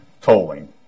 tolling